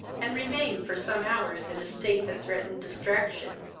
and remained for some hours in a state that threatened destraction.